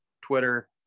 Twitter